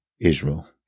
Israel